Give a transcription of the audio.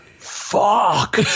Fuck